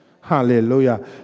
Hallelujah